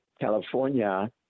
California